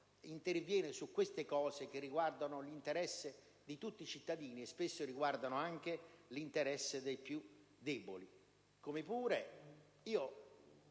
interviene su questi aspetti che riguardano l'interesse di tutti i cittadini e spesso l'interesse dei più deboli?